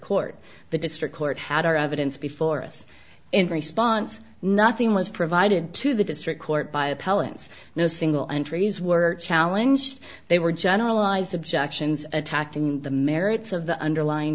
court the district court had our evidence before us in response nothing was provided to the district court by appellants no single entries were challenge they were generalized objections attacking the merits of the underlying